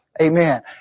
Amen